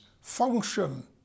function